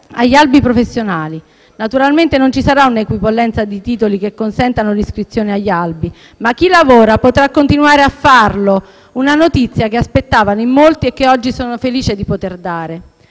agli albi professionali. Naturalmente, non ci sarà un'equipollenza di titoli che consentano l'iscrizione agli albi, ma chi lavora potrà continuare a farlo: una notizia che aspettavano in molti e che oggi sono felice di poter dare.